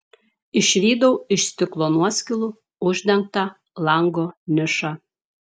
išvydau iš stiklo nuoskilų uždengtą lango nišą